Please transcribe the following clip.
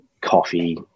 coffee